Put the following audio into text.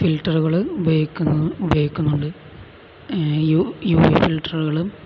ഫിൽട്ടറുകള് ഉപയോഗിക്കുന്നുണ്ട് U U V ഫിൽറ്ററുകളും